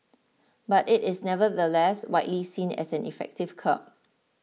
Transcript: but it is nevertheless widely seen as an effective curb